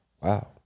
Wow